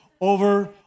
over